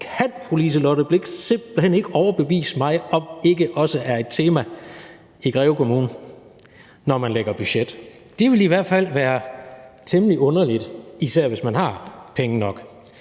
kan fru Liselott Blixt simpelt hen ikke overbevise mig om ikke også er et tema i Greve Kommune, når man lægger budget. Det ville i hvert fald være temmelig underligt, især hvis man har penge nok.